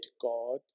God